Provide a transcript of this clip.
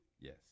Yes